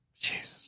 Jesus